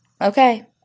Okay